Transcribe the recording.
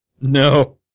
No